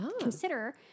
consider